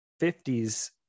50s